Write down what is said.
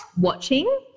watching